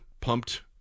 pumped